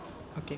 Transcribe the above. okay